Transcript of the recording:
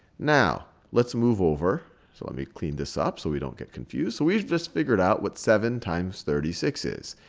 now let's move over. so let me clean this ah up so we don't get confused. so we just figured out what seven times thirty six is.